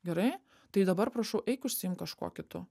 gerai tai dabar prašau eik užsiimk kažkuo kitu